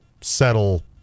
settle